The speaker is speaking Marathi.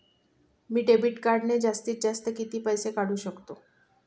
मी डेबिट कार्डने जास्तीत जास्त किती पैसे काढू शकतो?